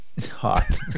hot